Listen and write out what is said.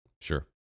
Sure